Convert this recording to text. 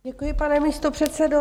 Děkuji, pane místopředsedo.